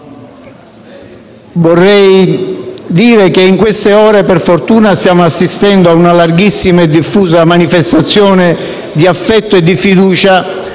Vorrei dire che in queste ore, per fortuna, stiamo assistendo a una larghissima e diffusa manifestazione di affetto e di fiducia